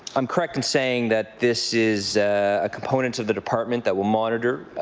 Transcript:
i'm correct in saying that this is a component of the department that will monitor